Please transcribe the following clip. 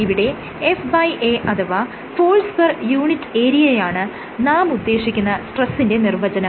ഇവിടെ FA അഥവാ force per unit ഏരിയയാണ് നാം ഉദ്ദേശിക്കുന്ന സ്ട്രെസിന്റെ നിർവചനം